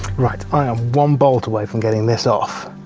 right, i am one bolt away from getting this off.